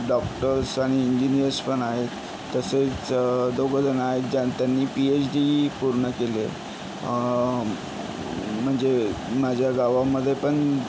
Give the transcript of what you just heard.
doctors आणि इंजिनियर्सपण आहेत तसेच दोघंजणं आहेत ज्या त्यांनी पीएच डी ही पूर्ण केली आहे म्हणजे माझ्या गावामध्ये पण